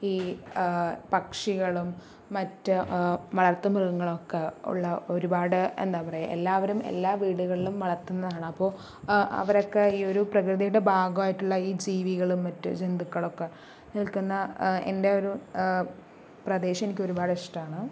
ഈ പക്ഷികളും മറ്റും വളർത്തുമൃഗങ്ങളൊക്കെ ഉള്ള ഒരുപാട് എന്താ പറയാ എല്ലാവരും എല്ലാ വീടുകളിലും വളർത്തുന്നതാണ് അപ്പോൾ അവരൊക്കെ ഈ ഒരു പ്രകൃതിയുടെ ഭാഗമായിട്ടുള്ള ഈ ജീവികളും മറ്റ് ജന്തുക്കളൊക്കെ നിൽക്കുന്ന എൻ്റെ ഒരു പ്രദേശം എനിക്ക് ഒരുപാട് ഇഷ്ടമാണ്